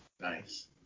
nice